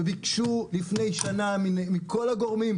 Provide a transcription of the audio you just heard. וביקשנו לפני שנה מכל הגורמים,